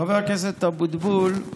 חבר הכנסת אבוטבול,